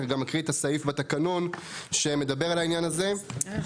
אני גם אקריא את הסעיף בתקנון שמדבר על העניין הזה לפרוטוקול.